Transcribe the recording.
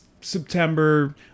september